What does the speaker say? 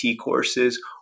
courses